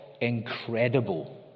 incredible